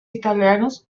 italianos